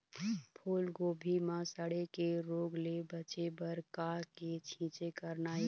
फूलगोभी म सड़े के रोग ले बचे बर का के छींचे करना ये?